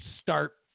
start